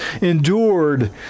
endured